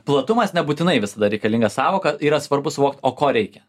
platumas nebūtinai visada reikalinga sąvoka yra svarbu suvokt o ko reikia